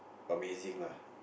amazing lah